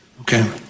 Okay